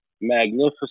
magnificent